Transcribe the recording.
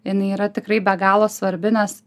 jinai yra tikrai be galo svarbi nes